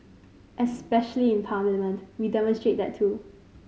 especially in Parliament we demonstrate that too